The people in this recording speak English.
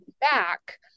back